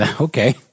Okay